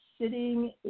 sitting